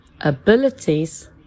abilities